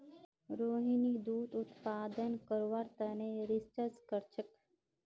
रोहिणी दूध उत्पादन बढ़व्वार तने रिसर्च करछेक